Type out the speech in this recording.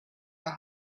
your